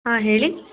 ಹಾಂ ಹೇಳಿ